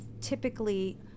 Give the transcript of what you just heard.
typically